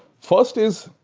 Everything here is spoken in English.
first is,